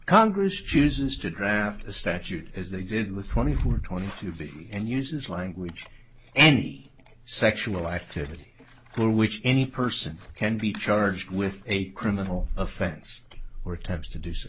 chooses to draft a statute as they did with twenty four twenty two b and uses language and sexual activity which any person can be charged with a criminal offense or attempts to do so